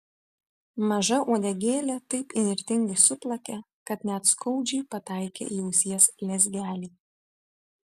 maža uodegėlė taip įnirtingai suplakė kad net skaudžiai pataikė į ausies lezgelį